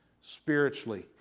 Spiritually